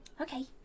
okay